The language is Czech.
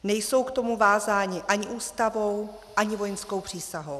Nejsou k tomu vázáni ani Ústavou ani vojenskou přísahou.